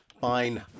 Fine